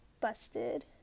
Busted